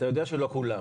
אתה יודע שלא כולן.